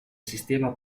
sistema